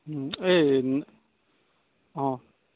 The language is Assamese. এই অঁ